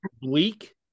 bleak